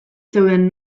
zeuden